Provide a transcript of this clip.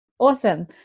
Awesome